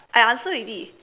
I answer already